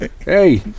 Hey